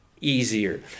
easier